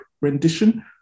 rendition